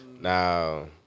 Now